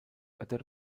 other